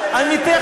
ממה אתה מפחד?